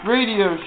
Radio